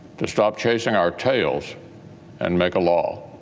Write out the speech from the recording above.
to stop chasing our tails and make a law.